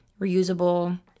reusable